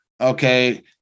Okay